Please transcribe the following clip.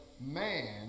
man